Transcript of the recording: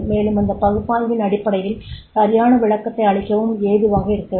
மேலும் அந்த பகுப்பாய்வின் அடிப்படையில் சரியான விளக்கத்தை அளிக்கவும் ஏதுவாக இருக்கிறது